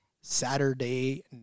Saturday